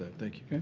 thank you.